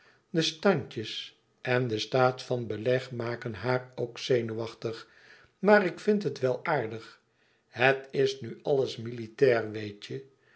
de standjes en de staat van beleg maken haar ook zenuwachtig maar ik vind het wel aardig het is nu alles militair weet je